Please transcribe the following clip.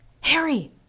Harry